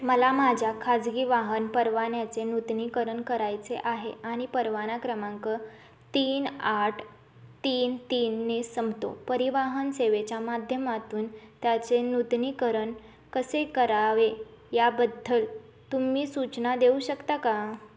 मला माझ्या खाजगी वाहन परवान्याचे नूतनीकरण करायचे आहे आणि परवाना क्रमांक तीन आठ तीन तीनने संपतो परिवहन सेवेच्या माध्यमातून त्याचे नूतनीकरण कसे करावे याबद्दल तुम्ही सूचना देऊ शकता का